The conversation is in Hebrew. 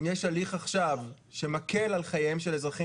אם יש הליך עכשיו שמקל על חייהם של אזרחים